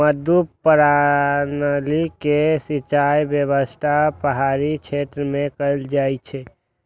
मड्डू प्रणाली के सिंचाइ व्यवस्था पहाड़ी क्षेत्र मे कैल जाइ छै